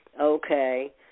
Okay